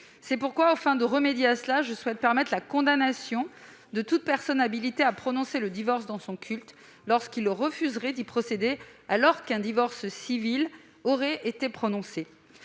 C'est pourquoi je souhaite permettre la condamnation de toute personne habilitée à prononcer le divorce dans son culte, lorsqu'elle refuserait d'y procéder alors qu'un divorce civil aurait déjà été prononcé.